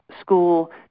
school